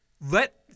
Let